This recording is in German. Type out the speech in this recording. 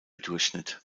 durchschnitt